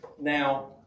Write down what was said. Now